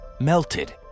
melted